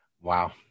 Wow